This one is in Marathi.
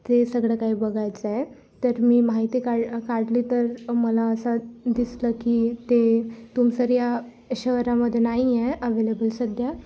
ते सगळं काही बघायचं आहे तर मी माहिती का काढली तर मला असं दिसलं की ते तुमसर या शहरामध्ये नाही आहे अवेलेबल सध्या